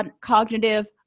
cognitive